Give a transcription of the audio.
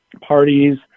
parties